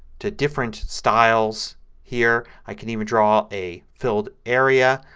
to different styles here. i can even draw a filled area.